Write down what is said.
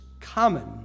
common